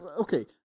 okay